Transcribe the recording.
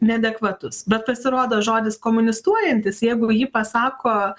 neadekvatus bet pasirodo žodis komunistuojantis jeigu jį pasako